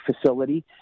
facility